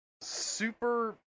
super